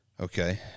okay